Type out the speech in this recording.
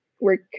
work